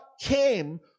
came